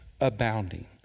abounding